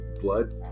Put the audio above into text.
Blood-